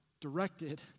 directed